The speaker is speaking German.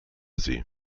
sie